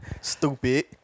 Stupid